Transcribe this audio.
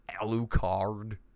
Alucard